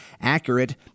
accurate